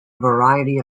variety